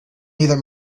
either